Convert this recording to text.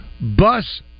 bus